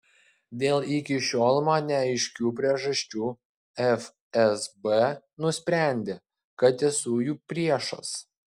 dėl iki šiol man neaiškių priežasčių fsb nusprendė kad esu jų priešas